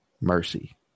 Mercy